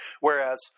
Whereas